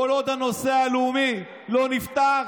כל עוד הנושא הלאומי לא נפתר,